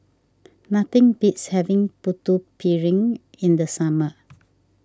nothing beats having Putu Piring in the summer